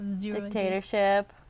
Dictatorship